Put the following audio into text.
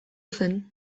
zen